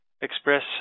express